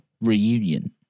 reunion